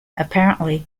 apparently